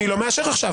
אני לא מאשר עכשיו.